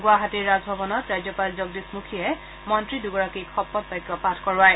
গুৱাহাটীৰ ৰাজভৱনত ৰাজ্যপাল জগদীশ মুখীয়ে মন্ত্ৰী দুগৰাকীক শপত বাক্য পাঠ কৰোৱায়